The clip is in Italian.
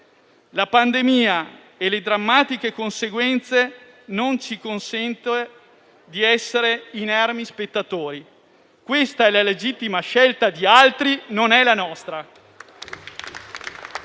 La pandemia e le sue drammatiche conseguenze non ci consentono di essere inermi spettatori. Questa è la legittima scelta di altri, non la nostra